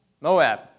Moab